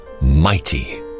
mighty